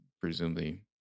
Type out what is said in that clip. presumably